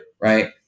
right